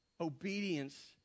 obedience